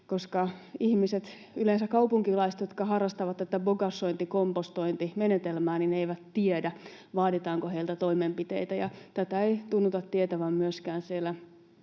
yleensä kaupunkilaiset, jotka harrastavat tätä bokashointi-kompostointimenetelmää, eivät tiedä, vaaditaanko heiltä toimenpiteitä, ja tätä ei tunnuta tietävän myöskään siellä